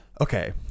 Okay